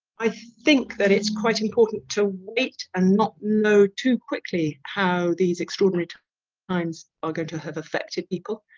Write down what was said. i think that it's quite important to wait and not know too quickly how these extraordinary times are going to have affected people.